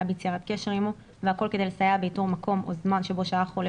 בקשירת קשר עמו והכול כדי לסייע באיתור מקום או זמן בו שהה החולה